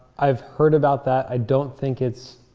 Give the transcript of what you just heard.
i've heard about that. i don't think it's